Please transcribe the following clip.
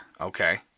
Okay